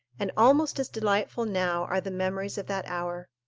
and almost as delightful now are the memories of that hour.